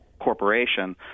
corporation